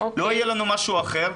לא יהיה לנו משהו אחר.